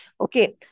okay